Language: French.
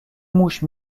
mouche